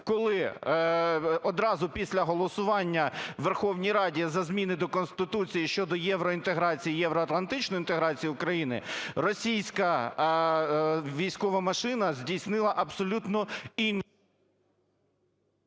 коли одразу після голосування у Верховній Раді за зміни до Конституції щодо євроінтеграції, євроатлантичної інтеграції України, російська військова машина здійснила абсолютно…